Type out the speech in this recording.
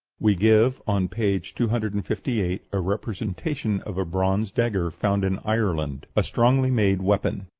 we give on page two hundred and fifty eight a representation of a bronze dagger found in ireland, a strongly-made weapon.